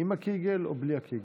עם הקיגל או בלי הקיגל?